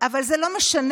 אבל זה לא משנה,